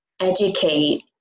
educate